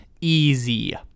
Easy